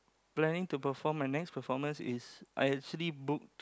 planning to perform my next performance is I actually book